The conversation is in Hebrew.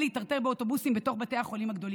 להיטרטר באוטובוסים בתוך בתי החולים הגדולים.